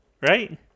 right